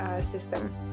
system